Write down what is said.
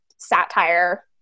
satire